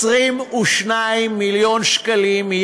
22 מיליון שקלים,